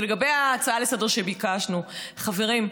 ולגבי ההצעה לסדר-היום שביקשנו: חברים,